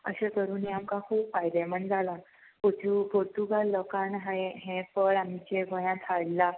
अशें करून आमकां खूब फायदेमंद जालां पोतू पोर्तुगाल लोकांक हें हें फळ आमचे गोंयांत हाडलां